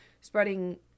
spreading